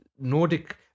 Nordic